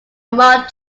marked